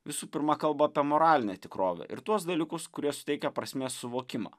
visų pirma kalba apie moralinę tikrovę ir tuos dalykus kurie suteikia prasmės suvokimą